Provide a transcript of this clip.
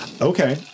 Okay